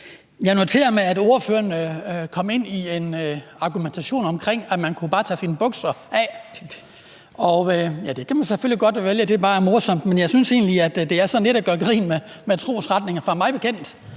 Jeg noterede mig, at ordføreren kom ind i en argumentation om, at man bare kunne tage sine bukser af. Ja, det kan man selvfølgelig godt vælge, men det er bare morsomt. Men jeg synes egentlig, det er lidt at gøre grin med trosretninger, for mig bekendt